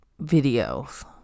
videos